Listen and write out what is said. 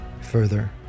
further